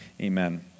Amen